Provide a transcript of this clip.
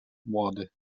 młody